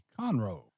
Conroe